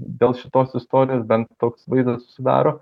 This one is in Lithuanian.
dėl šitos istorijos bent toks vaizdas susidaro